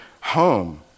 home